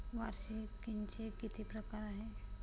वार्षिकींचे किती प्रकार आहेत?